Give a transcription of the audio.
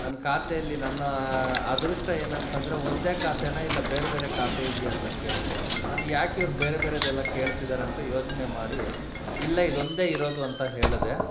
ನನ್ನ ಖಾತೆಯಲ್ಲಿ ನನ್ನ ಅದೃಷ್ಟ ಏನಂತಂದರೆ ಒಂದೇ ಖಾತೆನ ಇಲ್ಲ ಬೇರೆ ಬೇರೆ ಖಾತೆ ಇದೆಯಾ ಅಂತ ಕೇಳಿದ್ರು ನಾನು ಯಾಕೆ ಇವ್ರು ಬೇರೆ ಬೇರೆದೆಲ್ಲ ಕೇಳ್ತಿದಾರೆ ಅಂತ ಯೋಚನೆ ಮಾಡಿ ಇಲ್ಲ ಇದೊಂದೆ ಇರೋದು ಅಂತ ಹೇಳಿದೆ